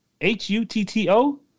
H-U-T-T-O